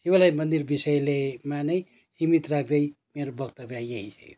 शिवलाय मन्दिर विषयलेमा नै सिमित राख्दै मेरो वक्तव्य यही